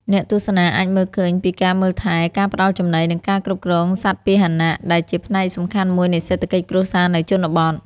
អ្នកទស្សនាអាចមើលឃើញពីការមើលថែ ការផ្តល់ចំណី និងការគ្រប់គ្រងសត្វពាហនៈ ដែលជាផ្នែកសំខាន់មួយនៃសេដ្ឋកិច្ចគ្រួសារនៅជនបទ។